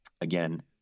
again